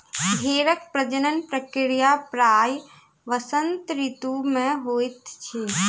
भेड़क प्रजनन प्रक्रिया प्रायः वसंत ऋतू मे होइत अछि